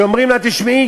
שאומרים לה: תשמעי,